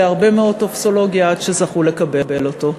הרבה מאוד טופסולוגיה עד שזכו לקבל אותו.